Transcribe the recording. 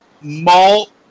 malt